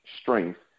strength